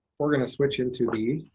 we're gonna switch into the.